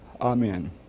Amen